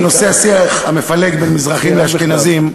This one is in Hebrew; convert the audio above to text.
בנושא השיח המפלג בין מזרחים לאשכנזים,